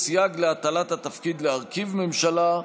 סייג להטלת התפקיד להרכיב ממשלה),